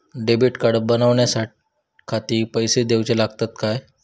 Debit card बनवण्याखाती पैसे दिऊचे लागतात काय?